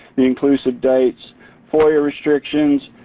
inconclusive dates for your restrictions,